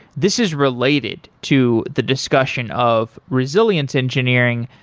this is related to the discussion of resilience engineering,